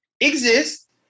exist